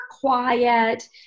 quiet